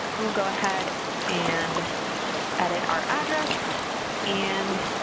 we'll go ahead and edit our address and